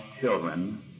children